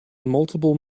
multiple